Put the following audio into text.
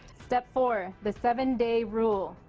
step four, the seven-day rule.